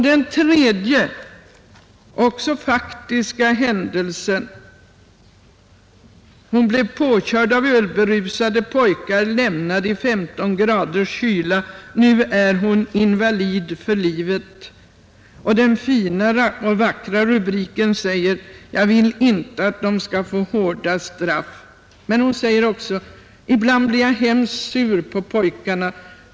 Den tredje faktiska händelsen: ”Hon blev påkörd av ölberusade pojkar och lämnad i 15 graders kyla — nu är hon invalid för livet.” Den rörande rubriken lyder: ”Jag vill inte att de skall få hårda straff.” Men flickan säger också: ”Ibland blir jag hemskt sur på pojkarna.